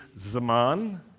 Zaman